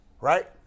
right